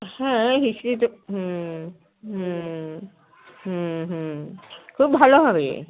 হ্যাঁ নিশ্চয়ই তো হুম হুম হুম হুম খুব ভালো হবে